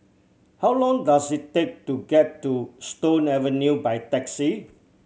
how long does it take to get to Stone Avenue by taxi